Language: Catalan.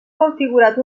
configurat